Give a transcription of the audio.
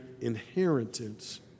inheritance